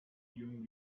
young